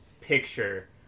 picture